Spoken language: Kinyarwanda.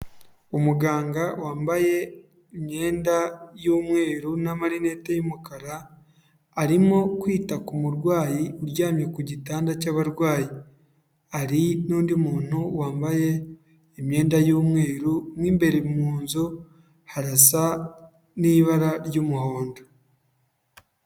Umuganga wambaye imyenda y'umweru n'amarinete y'umukara, arimo kwita ku murwayi uryamye ku gitanda cy'abarwayi, hari n'undi muntu wambaye imyenda y'umweru, mo imbere mu nzu, harasa n'ibara ry'umuhondo.